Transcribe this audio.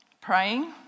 Praying